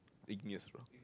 igneous rock